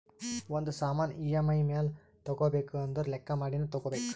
ಒಂದ್ ಸಾಮಾನ್ ಇ.ಎಮ್.ಐ ಮ್ಯಾಲ ತಗೋಬೇಕು ಅಂದುರ್ ಲೆಕ್ಕಾ ಮಾಡಿನೇ ತಗೋಬೇಕು